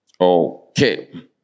Okay